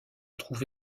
trouve